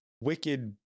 wicked